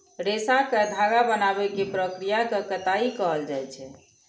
रेशा कें धागा बनाबै के प्रक्रिया कें कताइ कहल जाइ छै